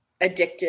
addictive